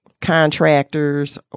contractors